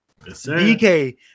DK